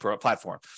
platform